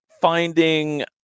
finding